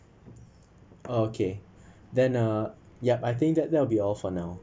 uh okay then uh yup I think that that will be all for now